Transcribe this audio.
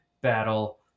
battle